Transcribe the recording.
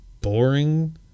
boring